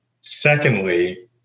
Secondly